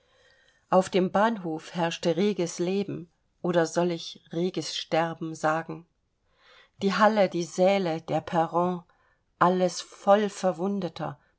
auf dem bahnhof herrschte reges leben oder soll ich reges sterben sagen die halle die säle der perron alles voll verwundeter